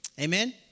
Amen